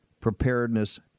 preparedness